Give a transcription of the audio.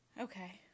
Okay